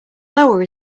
lower